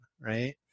Right